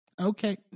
Okay